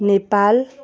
Nepal